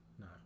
No